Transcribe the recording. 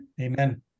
Amen